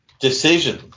decision